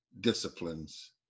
disciplines